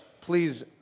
please